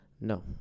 No